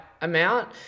amount